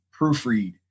proofread